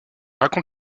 raconte